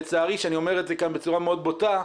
לצערי שאני אומר את זה כאן בצורה מאוד בוטה,